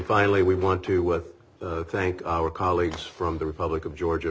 finally we want to with thank our colleagues from the republic of georgia